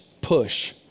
Push